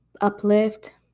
uplift